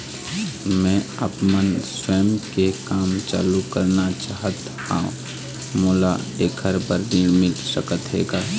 मैं आपमन स्वयं के काम चालू करना चाहत हाव, मोला ऐकर बर ऋण मिल सकत हे का?